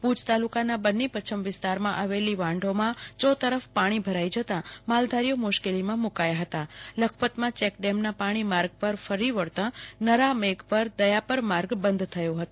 ભુજ તાલુકાના બન્ની પચ્છમ વિસ્તારમાં આવેલી વાંઢોમાં ચોતરફ પાણી ભરાઈ જતા માલધારીઓ મુશ્કેલીમાં મુકાયા ફતા લખપતમાં ચેકડેમના પાણી માર્ગ પર ફરી વળતા નરા મેઘપર દયાપર માર્ગ બંધ થયો હતો